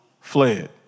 fled